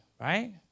right